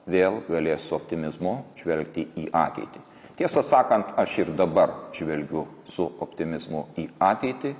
vėl galės su optimizmu žvelgti į ateitį tiesą sakant aš ir dabar žvelgiu su optimizmu į ateitį